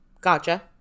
gotcha